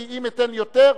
כי אם אתן יותר,